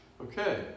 Okay